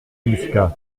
muscat